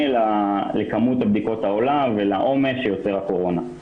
לכמות הבדיקות העולה ולעמוס שהקורונה יוצרת.